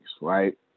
right